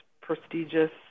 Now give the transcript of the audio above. prestigious